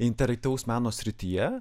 interaktyvaus meno srityje